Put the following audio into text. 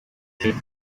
did